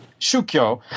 shukyo